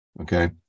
Okay